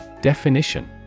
Definition